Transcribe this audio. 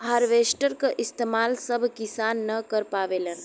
harvester क इस्तेमाल सब किसान न कर पावेलन